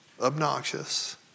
obnoxious